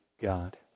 God